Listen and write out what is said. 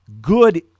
good